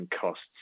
costs